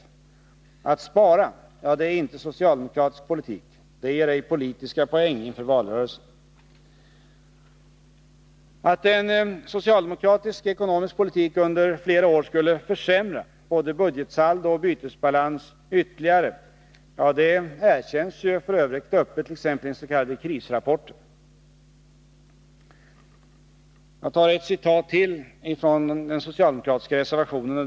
Men att spara är inte socialdemokratisk politik. Det ger inga politiska poäng inför valrörelsen. Att en socialdemokratisk ekonomisk politik under flera år skulle försämra både budgetsaldo och bytesbalans ytterligare erkänns f. ö. öppet, t.ex. i den s.k. krisrapporten. Jag tar för det tredje ett citat till från den socialdemokratiska reservationen.